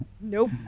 nope